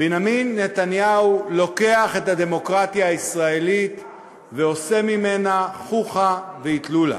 בנימין נתניהו לוקח את הדמוקרטיה הישראלית ועושה ממנה חוכא ואטלולא.